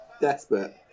desperate